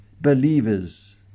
believers